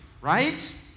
Right